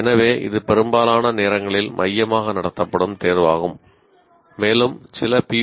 எனவே இது பெரும்பாலான நேரங்களில் மையமாக நடத்தப்படும் தேர்வாகும் மேலும் சில பி